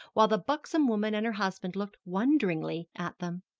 while the buxom woman and her husband looked wonderingly at them.